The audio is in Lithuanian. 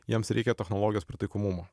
jiems reikia technologijos pritaikomumo